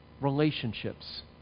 Relationships